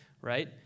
right